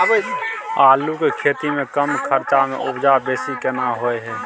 आलू के खेती में कम खर्च में उपजा बेसी केना होय है?